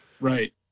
Right